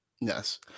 Yes